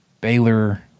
Baylor